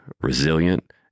resilient